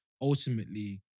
ultimately